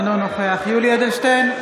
אינו נוכח יולי יואל אדלשטיין,